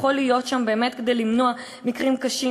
שיכול להיות שם באמת כדי למנוע מקרים קשים,